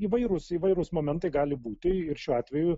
įvairūs įvairūs momentai gali būti ir šiuo atveju